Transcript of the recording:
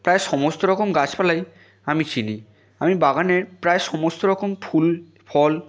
প্রায় সমস্ত রকম গাছপালাই আমি চিনি আমি বাগানের প্রায় সমস্ত রকম ফুল ফল